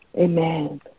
Amen